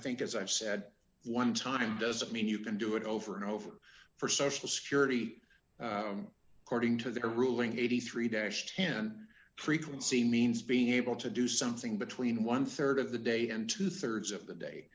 think as i've said one time doesn't mean you can do it over and over for social security cording to the ruling eighty three dash ten frequency means being able to do something between one rd of the day and two thirds of the day